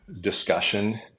discussion